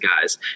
guys